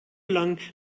lang